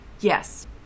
Yes